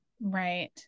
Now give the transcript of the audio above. Right